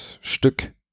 Stück